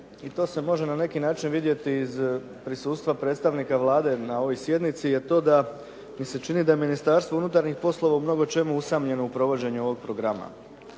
i to se može na neki način vidjeti iz prisustva predstavnika Vlade na ovoj sjednici, je to da mi se čini da je Ministarstvo unutarnjih poslova u mnogo čemu usamljeno u provođenju ovog programa.